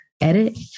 edit